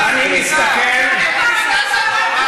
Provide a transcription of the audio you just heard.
ואני מסתכל, מספיק.